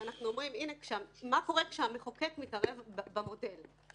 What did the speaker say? מה קורה כאשר המחוקק מתערב במודל.